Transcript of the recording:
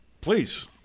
Please